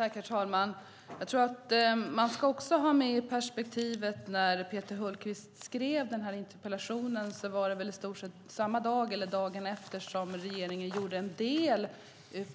Herr talman! Jag tror att man i detta perspektiv ska ha med att Peter Hultqvist skrev denna interpellation samma dag eller dagen efter att regeringen gjorde en